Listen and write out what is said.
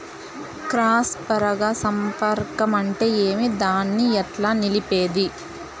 Cross పరాగ సంపర్కం అంటే ఏమి? దాన్ని ఎట్లా నిలిపేది?